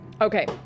Okay